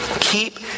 Keep